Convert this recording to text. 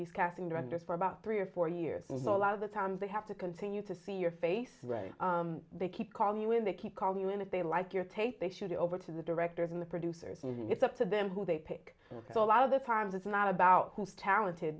these casting directors for about three or four years and a lot of the times they have to continue to see your face they keep calling you and they keep calling you and if they like your take they shoot it over to the directors and the producers and it's up to them who they pick up a lot of the times it's not about who is talented